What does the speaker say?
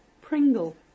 Pringle